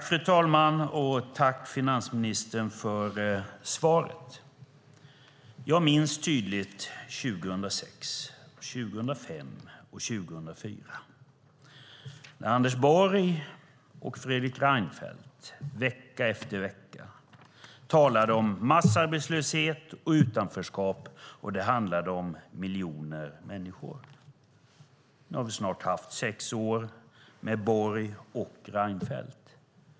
Fru talman! Tack, finansministern, för svaret! Jag minns tydligt 2006, 2005 och 2004 när Anders Borg och Fredrik Reinfeldt vecka efter vecka talade om massarbetslöshet och utanförskap, och det handlade om miljoner människor. Nu har vi snart haft sex år med Borg och Reinfeldt vid makten.